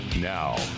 Now